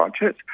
budget